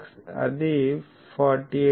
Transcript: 75x98696 అది 48